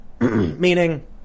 meaning